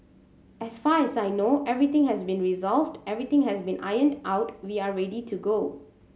as far as I know everything has been resolved everything has been ironed out we are ready to go